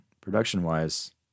production-wise